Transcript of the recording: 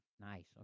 Nice